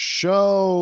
show